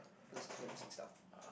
those clothes and stuff